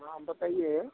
हाँ बताइए